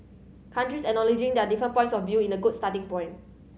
countries acknowledging their different points of view is a good starting point